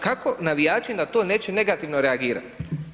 Kako navijači na to neće negativno reagirati?